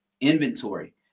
inventory